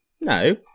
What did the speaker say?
No